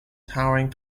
towering